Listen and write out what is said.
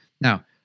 Now